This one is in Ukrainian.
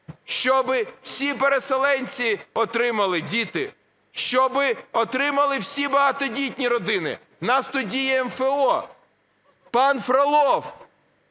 щоби всі переселенці отримали, діти, щоби отримали всі багатодітні родини. У нас тут діє МФО, пан Фролов,